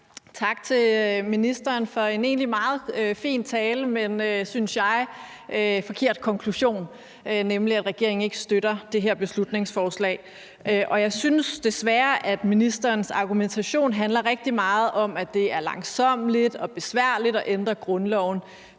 Tak til ministeren for en egentlig meget fin tale, men med, synes jeg, en forkert konklusion, nemlig at regeringen ikke støtter det her beslutningsforslag. Jeg synes desværre, at ministerens argumentation handler rigtig meget om, at det er langsommeligt og besværligt at ændre grundloven,